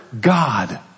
God